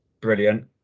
brilliant